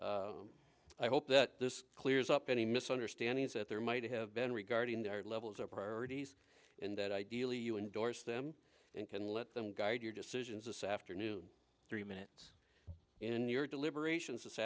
and i hope that this clears up any misunderstandings that there might have been regarding their levels of priorities in that ideally you endorse them and can let them guide your decisions as afternoon three minutes in your deliberations this